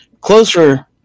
closer